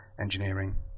engineering